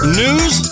news